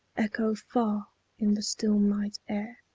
echo far in the still night air.